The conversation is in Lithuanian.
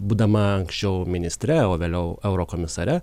būdama anksčiau ministre o vėliau eurokomisare